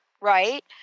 right